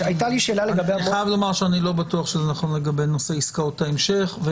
אני חייב לומר שאני לא בטוח שזה נכון לגבי נושא עסקאות ההמשך.